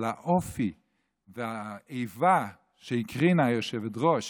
אבל האופי והאיבה שהקרינה היושבת-ראש